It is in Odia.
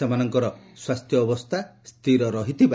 ସେମାନଙ୍କର ସ୍ୱାସ୍ଥ୍ୟବସ୍ତା ସ୍ଥିର ରହିଛି